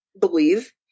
believe